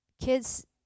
kids